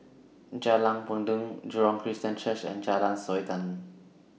Jalan Peradun Jurong Christian Church and Jalan Sultan